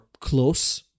close